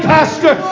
Pastor